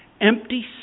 Empty